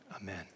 Amen